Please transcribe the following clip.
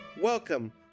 Welcome